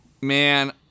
Man